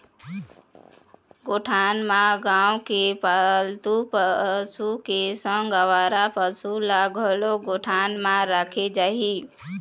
गौठान म गाँव के पालतू पशु के संग अवारा पसु ल घलोक गौठान म राखे जाही